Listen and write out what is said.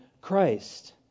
Christ